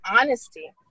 honesty